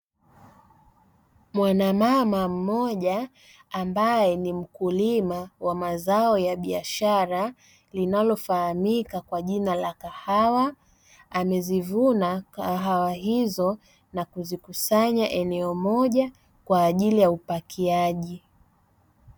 Mwanamama mmoja ambaye ni mkulima wa zao la biashara, linalofahamika kwa jina la kahawa amezivuna kahawa hizo na kuzikusanya eneo moja kwa ajili ya upakiaji.